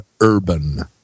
urban